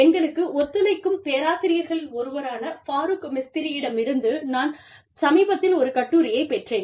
எங்களுக்கு ஒத்துழைக்கும் பேராசிரியர்களில் ஒருவரான பாரூக் மிஸ்திரியிடமிருந்து நான் சமீபத்தில் ஒரு கட்டுரையைப் பெற்றேன்